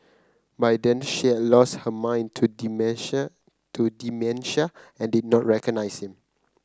by then she had lost her mind to dementia to dementia and did not recognise him